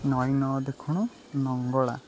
ନଈ ନ ଦେଖୁଣୁ ଲଙ୍ଗଳା